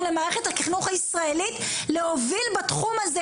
למערכת החינוך הישראלית להוביל בתחום הזה